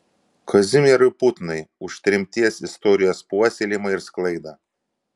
kazimierui putnai už tremties istorijos puoselėjimą ir sklaidą